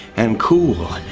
and cool.